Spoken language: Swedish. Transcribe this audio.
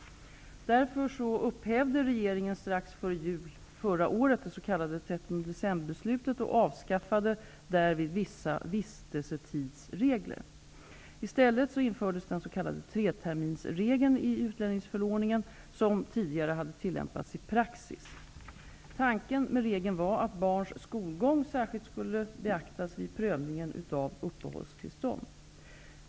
Därför upphävde regeringen strax före jul förra året det s.k. 13-decemberbeslutet och avskaffade därvid vissa vistelsetidsregler. I stället infördes den s.k. treterminersregeln i utlänningsförordningen, som tidigare tillämpats i praxis. Tanken med regeln var att barns skolgång särskilt skulle beaktas vid prövningen av uppehållstillstånd.